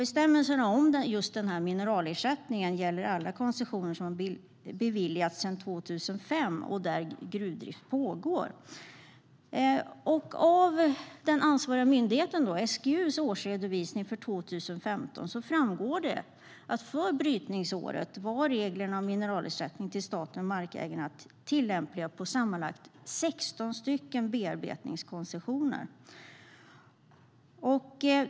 Bestämmelserna om mineralersättningen gäller alla koncessioner som har beviljats sedan 2005 och där gruvdrift pågår. Av den ansvariga myndighetens, SGU:s, årsredovisning för 2015 framgår det att för brytningsåret var reglerna om mineralersättning till staten och markägarna tillämpliga på sammanlagt 16 bearbetningskoncessioner.